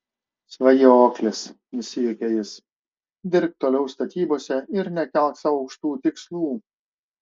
svajoklis nusijuokia jis dirbk toliau statybose ir nekelk sau aukštų tikslų